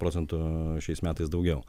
procentų šiais metais daugiau